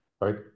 right